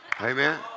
Amen